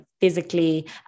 physically